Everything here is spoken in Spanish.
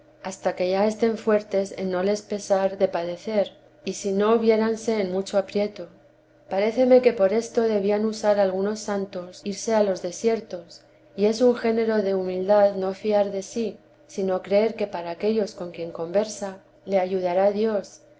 hasta que ya estén fuertes en no les pesar de padecer y si no veránse en mucho aprieto paréceme que por esto debían usar algunos santos irse a los desiertos y es un género de humildad no fiar de sí sino creer que para aquellos con quien conversa le ayudará dios